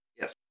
Yes